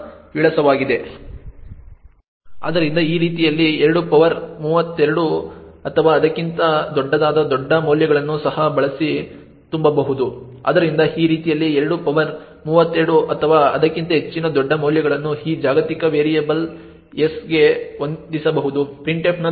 ಆದ್ದರಿಂದ ಈ ರೀತಿಯಲ್ಲಿ 2 ಪವರ್ 32 ಅಥವಾ ಅದಕ್ಕಿಂತ ದೊಡ್ಡದಾದ ದೊಡ್ಡ ಮೌಲ್ಯಗಳನ್ನು ಸಹ printf ಬಳಸಿ ತುಂಬಬಹುದು ಆದ್ದರಿಂದ ಈ ರೀತಿಯಲ್ಲಿ 2 ಪವರ್ 32 ಅಥವಾ ಅದಕ್ಕಿಂತ ಹೆಚ್ಚಿನ ದೊಡ್ಡ ಮೌಲ್ಯಗಳನ್ನು ಈ ಜಾಗತಿಕ ವೇರಿಯಬಲ್ s ಗೆ ಹೊಂದಿಸಬಹುದು printf ನ ದುರ್ಬಲತೆ